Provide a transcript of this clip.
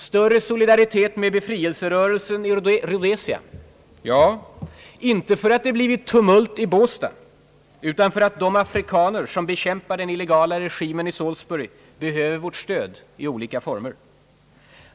Större solidaritet med befrielserörelsen i Rhodesia — ja, inte för att det blivit tumult i Båstad, utan för att de afrikaner som bekämpar den illegala regimen i Salisbury behöver vårt stöd i olika former.